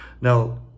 Now